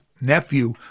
nephew